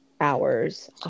hours